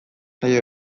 zaio